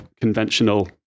conventional